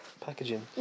packaging